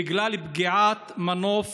בגלל פגיעת מנוף